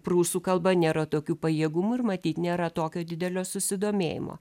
prūsų kalba nėra tokių pajėgumų ir matyt nėra tokio didelio susidomėjimo